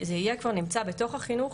זה יהיה כבר נמצא בתוך החינוך